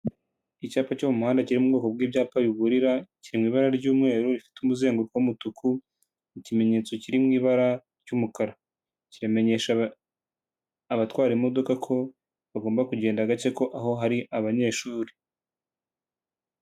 Icyapa cyo mu muhanda kiri mu bwoko bw'ibyapa bigurira kiri mu ibara ry'umweru rifite umuzenguruko w'umutuku ikimenyetso kiri mu ibara ry'umukara. Kiramenyesha abatwara imodoka ko bagomba kugenda gake ko aho hari abanyeshuri.